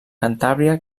cantàbria